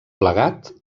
plegat